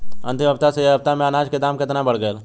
अंतिम हफ्ता से ए हफ्ता मे अनाज के दाम केतना बढ़ गएल?